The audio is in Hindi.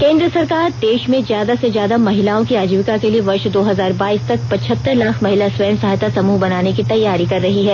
केन्द्र सरकार देश में ज्यादा से ज्यादा महिलाओं की आजीविका के लिए वर्ष दो हजार बाईस तक पच्छहतर लाख महिला स्व सहायता समूह बनाने की तैयारी कर रही है